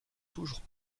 toujours